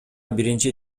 биринчи